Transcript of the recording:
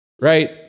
right